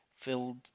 filled